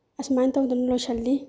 ꯑꯁꯨꯃꯥꯏꯅ ꯇꯧꯗꯅ ꯂꯣꯏꯁꯤꯜꯂꯤ